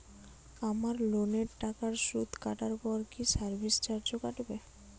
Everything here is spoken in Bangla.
আমার লোনের টাকার সুদ কাটারপর কি সার্ভিস চার্জও কাটবে?